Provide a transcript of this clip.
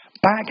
Back